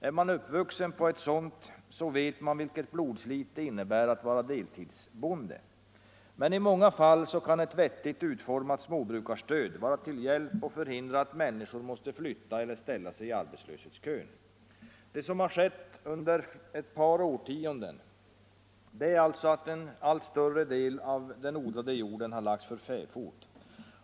Är man uppvuxen på ett sådant, vet man vilket blodslit det innebär att vara deltidsbonde. Men i många fall kan ett vettigt utformat småbrukarstöd vara till hjälp och förhindra att människor måste flytta eller ställa sig i arbetslöshetskön. Det som har skett under ett par årtionden är alltså att en allt större del av den odlade jorden har lagts för fäfot.